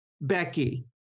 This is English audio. Becky